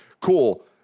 cool